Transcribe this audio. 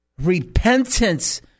Repentance